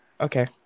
Okay